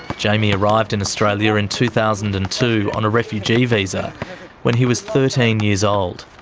jamy arrived in australia in two thousand and two on a refugee visa when he was thirteen years old.